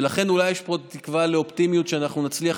ולכן אולי יש פה תקווה לאופטימיות שאנחנו נצליח